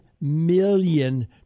million